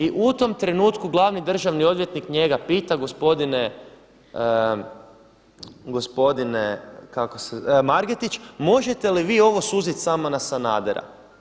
I u tom trenutku glavni državni odvjetnik njega pita gospodine Margetić, možete li vi ovo suziti samo na Sanadera?